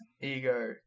ego